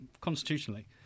constitutionally